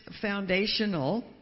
foundational